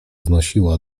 znosiła